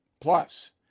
Plus